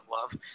love